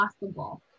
possible